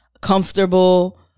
comfortable